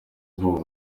ubu